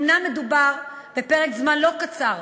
אומנם מדובר בפרק זמן לא קצר,